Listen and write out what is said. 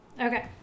Okay